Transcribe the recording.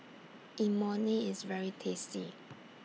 Imoni IS very tasty